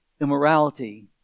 immorality